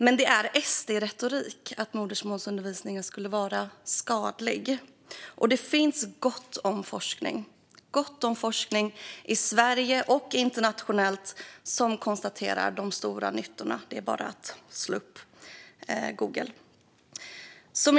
Men det är SD-retorik att modersmålsundervisningen skulle vara skadlig. Det finns gott om forskning, gott om forskning i Sverige och internationellt, som konstaterar de stora nyttorna. Det är bara att söka på Google.